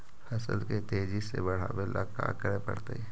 फसल के तेजी से बढ़ावेला का करे पड़तई?